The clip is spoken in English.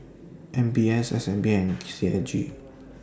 M B S S N B and C A G